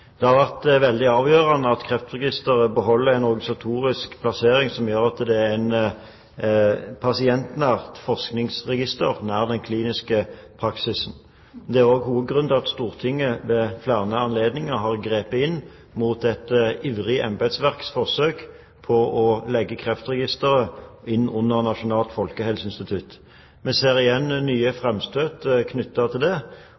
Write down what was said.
Det har vært veldig avgjørende at Kreftregisteret beholder en organisatorisk plassering som gjør at det er et pasientnært forskningsregister, nær den kliniske praksisen. Det er også hovedgrunnen til at Stortinget ved flere anledninger har grepet inn mot et ivrig embetsverks forsøk på å legge Kreftregisteret inn under Nasjonalt folkehelseinstitutt. Vi ser igjen nye framstøt knyttet til